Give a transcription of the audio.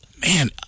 man